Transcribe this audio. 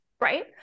right